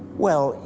well,